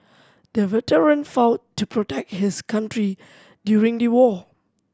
the veteran fought to protect his country during the war